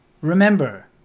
remember